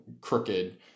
crooked